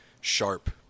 sharp